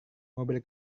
mobil